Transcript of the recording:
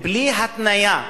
בלי התניה,